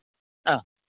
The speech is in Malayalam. ആ